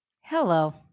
Hello